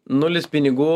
nulis pinigų